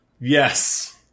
Yes